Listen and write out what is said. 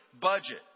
budget